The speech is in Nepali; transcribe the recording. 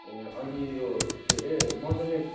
ए अनि यो के अरे मजाले